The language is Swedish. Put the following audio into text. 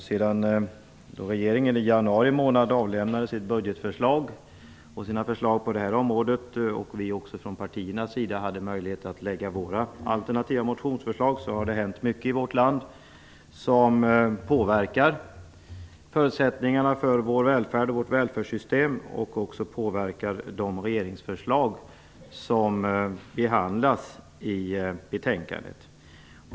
Sedan regeringen i januari avlämnade sitt budgetförslag och sina förslag på det här området - vi från partierna hade också möjlighet att lägga våra alternativa motionsförslag - har det hänt mycket i vårt land som påverkar förutsättningarna för vår välfärd och vårt välfärdssystem och som också påverkar de regeringsförslag som behandlas i betänkandet.